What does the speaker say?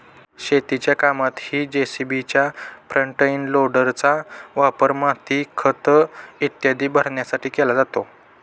शेतीच्या कामातही जे.सी.बीच्या फ्रंट एंड लोडरचा वापर माती, खत इत्यादी भरण्यासाठी केला जातो